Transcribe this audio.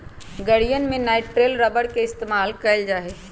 गड़ीयन में nitrile rubber के इस्तेमाल कइल जा हई